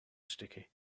sticky